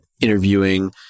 interviewing